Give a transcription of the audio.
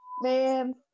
Man